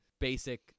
basic